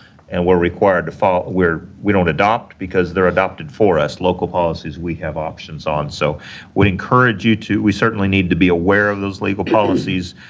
and we're required to follow we don't adopt because they're adopted for us. local policies we have options on, so we encourage you to we certainly need to be aware of those legal policies.